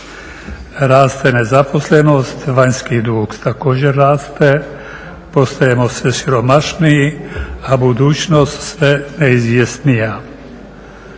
Raste nezaposlenost, vanjski dug također raste, postajemo sve siromašniji a budućnost sve neizvjesnija.